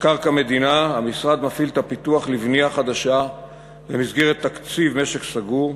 קרקע מדינה: המשרד מפעיל את הפיתוח לבנייה חדשה במסגרת תקציב משק סגור,